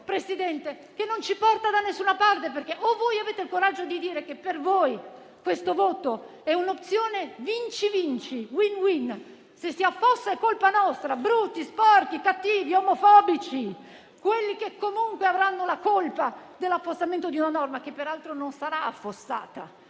e il sordo che non porta da nessuna parte. Voi, infatti, dovreste avere il coraggio di dire che per voi questo voto è un'opzione vinci-vinci, *win-win:* se si affossa è colpa nostra, brutti, sporchi, cattivi, omofobici, quelli che comunque avranno la colpa dell'affossamento di una norma che peraltro non sarà affossata,